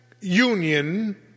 union